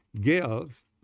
gives